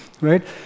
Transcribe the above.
right